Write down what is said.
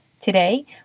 Today